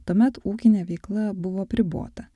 tuomet ūkinė veikla buvo apribota